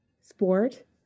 sport